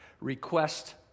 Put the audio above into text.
request